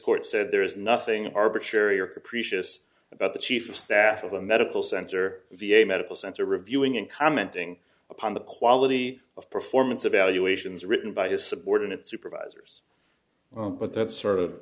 court said there is nothing arbitrary or appreciates about the chief of staff of a medical center v a medical center reviewing and commenting upon the quality of performance evaluations written by his subordinate supervisors well but that's sort of